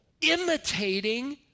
imitating